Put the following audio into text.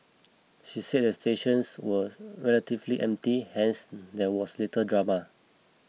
she said the station was relatively empty hence there was little drama